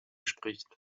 spricht